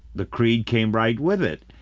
the creed came right with it.